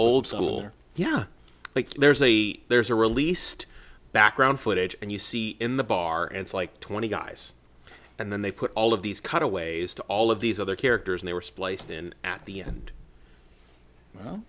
old school yeah like there's a there's a released background footage and you see in the bar and like twenty guys and then they put all of these cutaways to all of these other characters and they were spliced in at the end